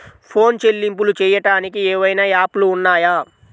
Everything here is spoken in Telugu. ఫోన్ చెల్లింపులు చెయ్యటానికి ఏవైనా యాప్లు ఉన్నాయా?